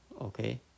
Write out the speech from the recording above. Okay